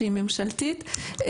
שהיא ממשלתית.